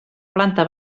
planta